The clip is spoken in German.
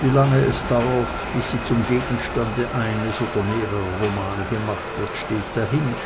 wie lange es dauert bis sie zum gegenstande eines oder mehrerer romane gemacht wird steht dahin